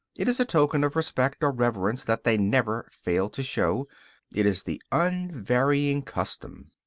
it is a token of respect or reverence that they never fail to show it is the unvarying custom.